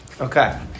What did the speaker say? Okay